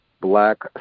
Black